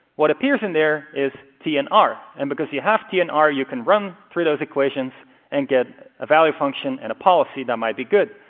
what appears in there is t and r. and because you have t and r, you can run through those equations and get a value function and a policy that might be good.